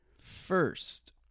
First